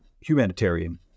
humanitarian